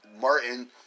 Martin